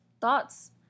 thoughts